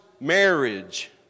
marriage